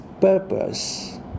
purpose